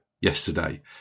yesterday